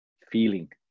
feeling